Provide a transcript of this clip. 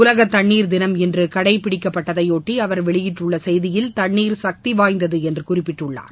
உலக தண்ணீர் திளம் இன்று கடைபிடிக்கப்பட்டதையொட்டி அவர் வெளியிட்டுள்ள செய்தியில் தண்ணீர் சக்தி வாய்ந்தது என்று குறிப்பிட்டுள்ளார்